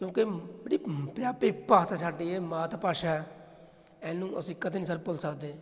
ਕਿਉਂਕਿ ਜਿਹੜੀ ਪੰਜਾਬੀ ਭਾਸ਼ਾ ਸਾਡੀ ਇਹ ਮਾਤ ਭਾਸ਼ਾ ਇਹਨੂੰ ਅਸੀਂ ਕਦੇ ਨਹੀਂ ਸਰ ਭੁੱਲ ਸਕਦੇ